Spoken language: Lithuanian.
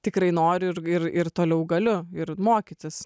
tikrai noriu ir ir toliau galiu ir mokytis